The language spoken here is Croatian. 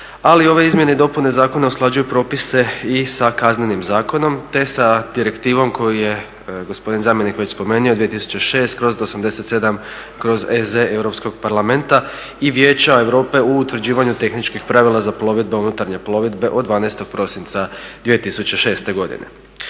ali ove izmjene i dopune zakona usklađuju propise i sa Kaznenim zakonom te sa direktivom koju je gospodin zamjenik već spomenuo 2006/87/EZ Europskog parlamenta i Vijeća Europe u utvrđivanju tehničkih pravila za plovidbu unutarnje plovidbe od 12.prosinca 2006.godine.